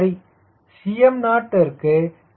சரி 𝐶mo விற்கு a